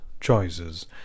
choices